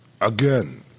Again